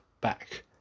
back